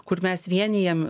kur mes vienijam